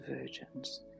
virgins